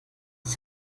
ich